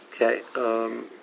Okay